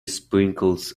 sprinkles